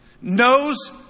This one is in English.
knows